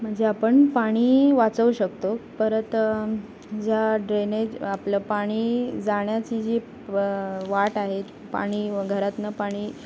म्हणजे आपण पाणी वाचवू शकतो परत ज्या ड्रेनेज आपलं पाणी जाण्याची जी वाट आहेत पाणी घरातनं पाणी